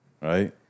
Right